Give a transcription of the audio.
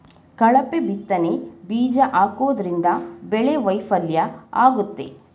ಕಳಪೆ ಬಿತ್ತನೆ ಬೀಜ ಹಾಕೋದ್ರಿಂದ ಬೆಳೆ ವೈಫಲ್ಯ ಆಗುತ್ತೆ